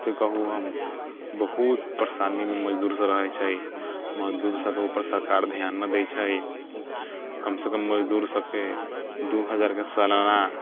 कथी कहू हम बहुत परेशानीमे मजदूर सब रहैत छै मजदूर सबके ऊपर सरकार ध्यान नहि दै छै कमसँ कम मजदूर सबकेँ दू हजारके सालाना